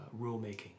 rulemaking